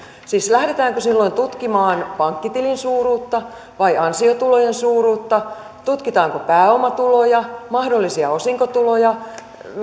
siis lähdetäänkö silloin tutkimaan pankkitilin suuruutta vai ansiotulojen suuruutta tutkitaanko pääomatuloja mahdollisia osinkotuloja